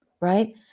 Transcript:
right